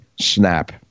snap